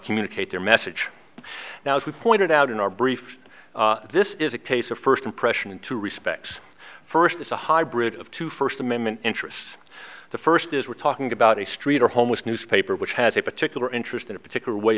communicate their message now as we pointed out in our brief this is a case of first impression in two respects first it's a hybrid of two first amendment interests the first is we're talking about a street or homeless newspaper which has a particular interest in a particular way